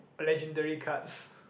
legendary cards